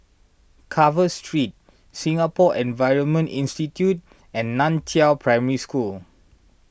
Carver Street Singapore Environment Institute and Nan Chiau Primary School